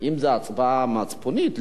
אם זו הצבעה מצפונית,